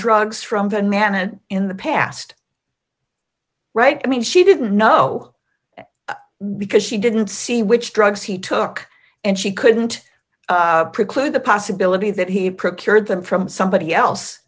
drugs from bananas in the past right i mean she didn't know because she didn't see which drugs he took and she couldn't preclude the possibility that he procured them from somebody else